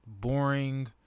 boring